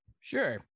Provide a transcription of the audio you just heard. Sure